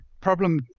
problem